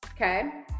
Okay